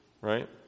right